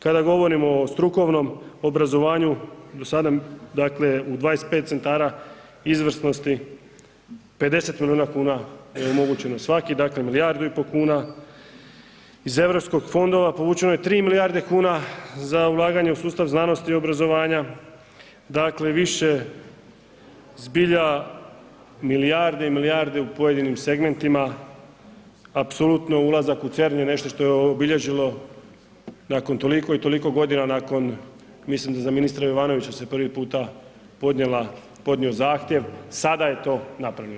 Kada govorimo o strukovnom obrazovanju, do sad nam u 25 centara izvrsnosti 50 miliona kuna omogućeno svaki, dakle milijardu i pol kuna, iz Europskih fondova povučeno je 3 milijarde kuna za ulaganje u sustav znanosti i obrazovanja, dakle više zbilja milijarde i milijarde u pojedinim segmentima, apsolutno ulazak u CERN je nešto što je obilježilo nakon toliko i toliko godina, nakon mislim da za ministra Jovanovića se prvi puta podnio zahtjev, sada je to napravljeno.